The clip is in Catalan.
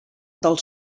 del